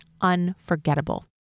unforgettable